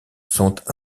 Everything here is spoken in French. sont